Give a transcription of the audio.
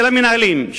של המנהלים,